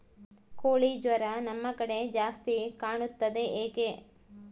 ಕೋಳಿ ಜ್ವರ ನಮ್ಮ ಕಡೆ ಜಾಸ್ತಿ ಕಾಣುತ್ತದೆ ಏಕೆ?